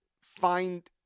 find –